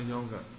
Yoga